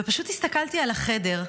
ופשוט הסתכלתי על החדר,